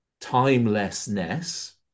timelessness